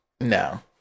No